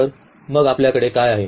तर मग आपल्याकडे काय आहे